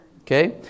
Okay